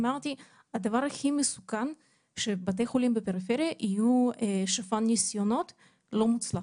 אמרתי הדבר הכי מסוכן שבתי חולים בפריפריה יהיו שפן ניסיונות לא מוצלח.